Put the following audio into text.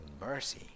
mercy